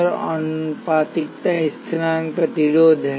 और आनुपातिकता स्थिरांक प्रतिरोध है